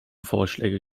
vorschläge